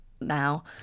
now